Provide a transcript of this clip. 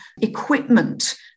equipment